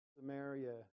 Samaria